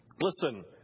Listen